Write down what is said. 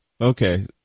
Okay